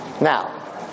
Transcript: Now